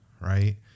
right